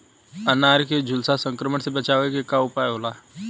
अनार के झुलसा संक्रमण से बचावे के उपाय का होखेला?